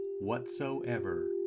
whatsoever